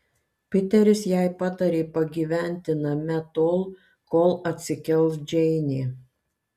piteris jai patarė pagyventi name tol kol atsikels džeinė